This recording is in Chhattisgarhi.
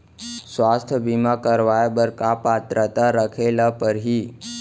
स्वास्थ्य बीमा करवाय बर का पात्रता रखे ल परही?